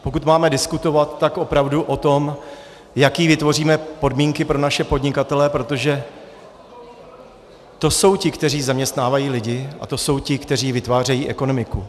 Pokud máme diskutovat, tak opravdu o tom, jaké vytvoříme podmínky pro naše podnikatele, protože to jsou ti, kteří zaměstnávají lidi, a to jsou ti, kteří vytvářejí ekonomiku.